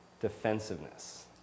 Defensiveness